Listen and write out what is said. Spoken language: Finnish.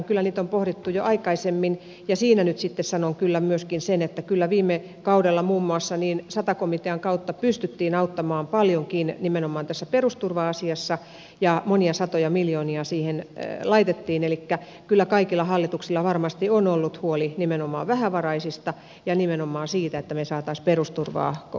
kyllä niitä on pohdittu jo aikaisemmin ja siinä nyt sitten sanon kyllä myöskin sen että kyllä viime kaudella muun muassa sata komitean kautta pystyttiin auttamaan paljonkin nimenomaan tässä perusturva asiassa ja monia satoja miljoonia siihen laitettiin elikkä kyllä kaikilla hallituksilla varmasti on ollut huoli nimenomaan vähävaraisista ja nimenomaan siitä että me saisimme perusturvaa korotettua